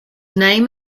name